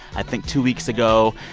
i think, two weeks ago.